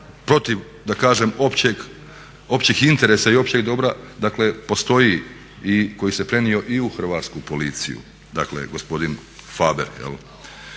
protiv da kažem općih interesa i općeg dobra dakle postoji i koji se prenio i u Hrvatsku policiju. Dakle, gospodin Faber